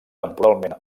temporalment